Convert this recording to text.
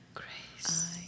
grace